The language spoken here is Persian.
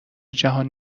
جهان